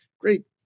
great